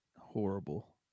horrible